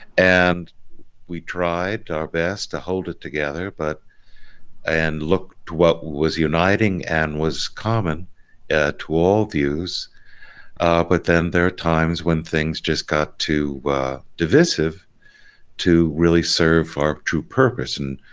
and we tried our best to hold it together but and looked what was uniting and was common to all views but then there are times when things just got too divisive to really serve our true purpose and